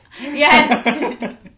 Yes